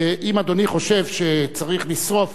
אם אדוני חושב שצריך לשרוף